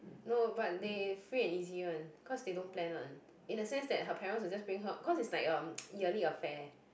no but they free and easy one cause they don't plan one in the sense that her parents will just bring her cause it's like a yearly affair